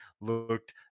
looked